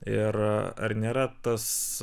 ir ar nėra tas